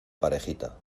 parejita